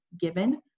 given